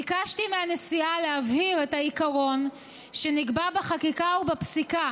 ביקשתי מהנשיאה להבהיר את העיקרון שנקבע בחקיקה ובפסיקה